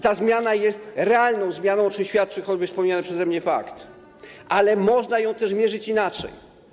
Ta zmiana jest realną zmianą, o czym świadczy choćby wspomniany przeze mnie fakt, ale można ją też mierzyć inaczej.